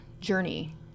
journey